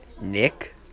nick